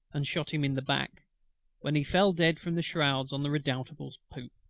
and shot him in the back when he fell dead from the shrouds, on the redoutable's poop.